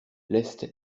leste